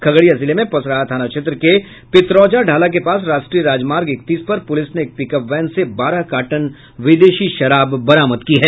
खगड़िया जिले में पसराहा थाना क्षेत्र के पितरौजा ढाला के पास राष्ट्रीय राजमार्ग इकतीस पर पुलिस ने एक पिकअप वैन से बारह कार्टन विदेशी शराब बरामद की है